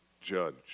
judge